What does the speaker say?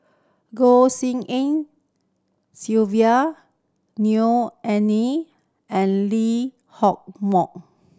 Goh Tshin En Sylvia Neo Anngee and Lee Hock Moh